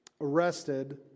arrested